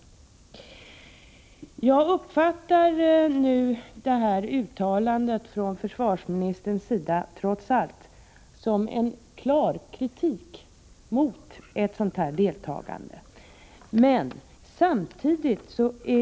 Jag uppfattar trots allt försvarsministerns uttalande som en klar kritik av detta deltagande.